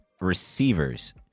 receivers